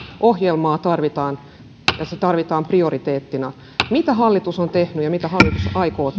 ohjelmaa tarvitaan ja se tarvitaan prioriteettina mitä hallitus on tehnyt ja mitä hallitus aikoo